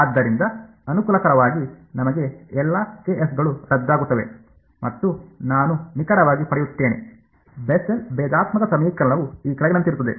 ಆದ್ದರಿಂದ ಅನುಕೂಲಕರವಾಗಿ ನಮಗೆ ಎಲ್ಲಾ ಕೆಎಸ್ಗಳು ರದ್ದಾಗುತ್ತವೆ ಮತ್ತು ನಾನು ನಿಖರವಾಗಿ ಪಡೆಯುತ್ತೇನೆ ಬೆಸೆಲ್ನ Bessel's ಭೇದಾತ್ಮಕ ಸಮೀಕರಣವು ಈ ಕೆಳಗಿನಂತಿರುತ್ತದೆ